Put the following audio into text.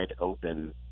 open